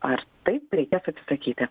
ar taip reikėtų atsisakyti